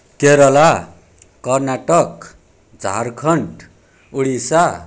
Kerala Karnataka Jharkhand Odisha